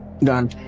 Done